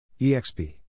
EXP